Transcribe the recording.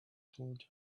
told